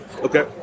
Okay